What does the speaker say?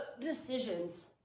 decisions